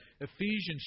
Ephesians